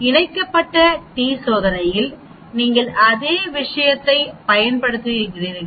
இணைக்கப்பட்ட டி சோதனையில் நீங்கள் அதே விஷயத்தைப் பயன்படுத்துகிறீர்கள்